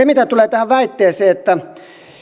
mitä tulee tähän väitteeseen että